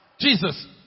Jesus